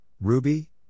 Ruby